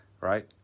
right